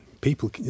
people